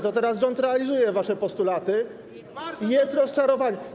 Teraz rząd realizuje wasze postulaty i jest rozczarowanie.